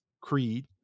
creed